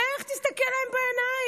לך ותסתכל להם בעיניים.